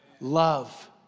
Love